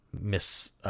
Miss